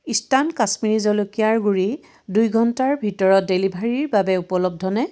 eastern Kashmiri জলকীয়াৰ গুড়ি দুই ঘণ্টাৰ ভিতৰত ডেলিভাৰীৰ বাবে উপলব্ধনে